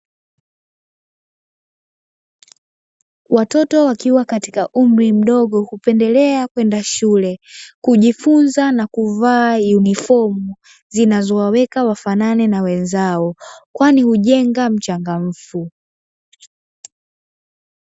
Watoto wakiwa katika umri mdogo hupendelea kwenda shule, kujifunza na kuvaa yunifomu, zinazowaweka wafanane na wenzao, kwani hujenga uchangamfu.